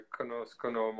conoscono